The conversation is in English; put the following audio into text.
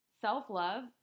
self-love